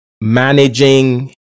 managing